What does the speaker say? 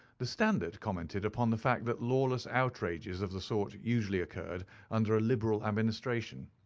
the standard commented upon the fact that lawless outrages of the sort usually occurred under a liberal administration.